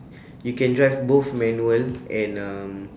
you can drive both manual and um